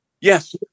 Yes